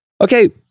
Okay